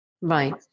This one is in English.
Right